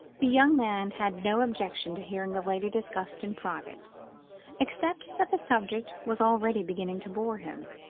the young man had no objection to hearing the lady discussed in private except that the subject was already beginning to bore him.